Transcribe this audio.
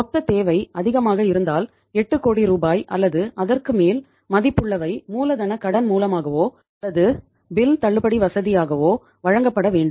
மொத்த தேவை அதிகமாக இருந்தால் 8 கோடி ரூபாய் அல்லது அதற்கு மேல் மதிப்புள்ளவை மூலதனக் கடன் மூலமாகவோ அல்லது பில் தள்ளுபடி வசதியாகவோ வழங்கப்பட வேண்டும்